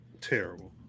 Terrible